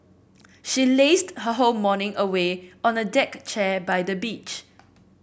she lazed her whole morning away on a deck chair by the beach